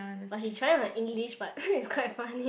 but she trying with her English but it's quite funny